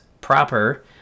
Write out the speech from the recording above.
proper